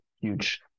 huge